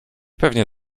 pewnie